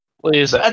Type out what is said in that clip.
Please